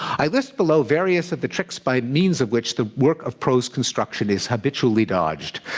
i list below various of the tricks by means of which the work of prose construction is habitually dodged.